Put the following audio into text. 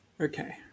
Okay